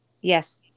Yes